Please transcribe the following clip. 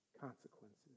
consequences